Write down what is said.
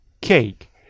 cake